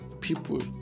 people